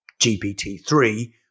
GPT-3